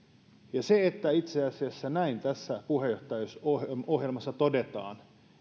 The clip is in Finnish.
se että näin tässä puheenjohtajuusohjelmassa itse asiassa todetaan